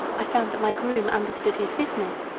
i found that my groom understood his business.